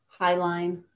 highline